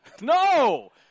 No